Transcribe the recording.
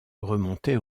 remontait